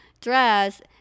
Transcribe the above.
dress